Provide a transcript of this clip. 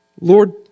Lord